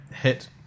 hit